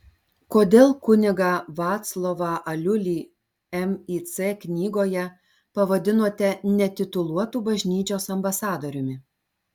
kodėl kunigą vaclovą aliulį mic knygoje pavadinote netituluotu bažnyčios ambasadoriumi